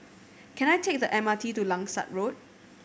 can I take the M R T to Langsat Road